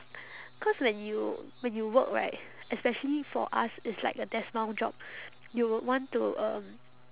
cause when you when you work right especially for us it's like a desk bound job you would want to um